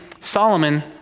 Solomon